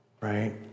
right